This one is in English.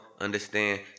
understand